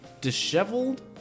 disheveled